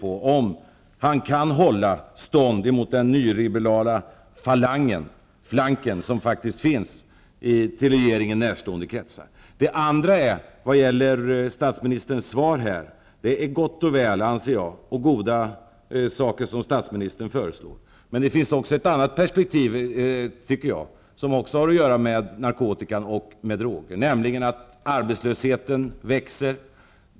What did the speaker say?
Kan statsministern hålla stånd mot den nyliberala falangen, flanken, som faktiskt finns i regeringen närstående kretsar? Den andra frågan gäller statsministerns svar. Det är goda saker som statsministern föreslår, men det finns också ett annat perspektiv. Det har också att göra med narkotika och droger. Det gäller detta att arbetslösheten växer.